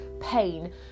pain